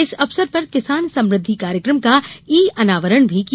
इस अवसर पर किसान समृद्धि कार्यक्रम का ई अनावरण भी किया